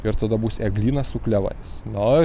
ir tada bus eglynas su klevais na